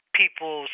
people